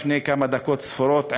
לפני דקות ספורות,